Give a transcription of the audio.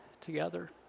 together